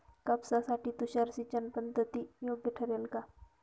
कापसासाठी तुषार सिंचनपद्धती योग्य ठरेल का?